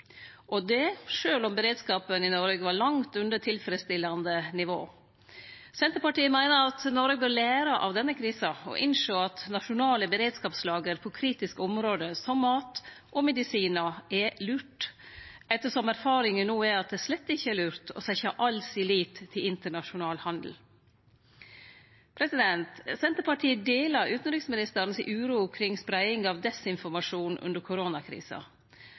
og det sjølv om beredskapen i Noreg var langt under tilfredsstillande nivå. Senterpartiet meiner at Noreg bør lære av denne krisa og innsjå at nasjonale beredskapslager på kritiske område, som mat og medisinar, er lurt – ettersom erfaringa no er at det slett ikkje er lurt å setje all si lit til internasjonal handel. Senterpartiet deler uroa til utanriksministeren kring spreiing av desinformasjon under